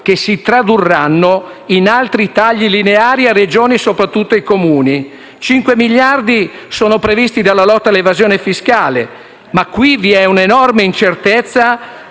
che si tradurranno in altri tagli lineari a Regioni, e soprattutto, ai Comuni; 5 miliardi sono previsti dalla lotta all'evasione fiscale, ma qui vi è però un'enorme incertezza